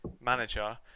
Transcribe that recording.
manager